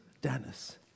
Dennis